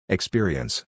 Experience